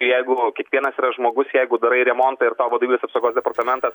jeigu kiekvienas yra žmogus jeigu darai remontą ir tau vadovybės apsaugos departamentas